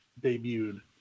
debuted